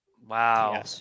Wow